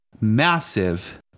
massive